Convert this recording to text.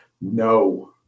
No